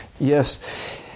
Yes